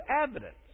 evidence